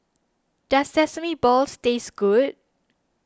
does Sesame Balls taste good